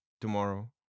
tomorrow